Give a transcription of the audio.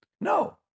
No